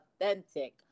authentic